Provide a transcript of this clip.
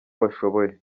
bashoboye